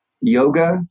yoga